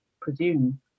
presume